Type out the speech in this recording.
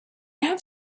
have